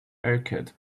haircut